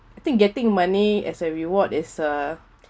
I think getting money as a reward is uh